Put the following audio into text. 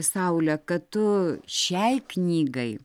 saule kad tu šiai knygai